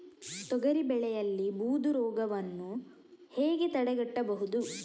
ತೊಗರಿ ಬೆಳೆಯಲ್ಲಿ ಬೂದು ರೋಗವನ್ನು ಹೇಗೆ ತಡೆಗಟ್ಟಬಹುದು?